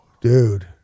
dude